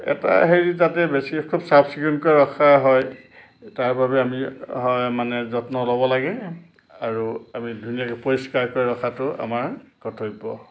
এটা হেৰি তাতে বেছি খুব চাফ চিকুণকৈ ৰখা হয় তাৰবাবে আমি হয় মানে যত্ন ল'ব লাগে আৰু আমি ধুনীয়াকৈ পৰিষ্কাৰকৈ ৰখাটো আমাৰ কৰ্তব্য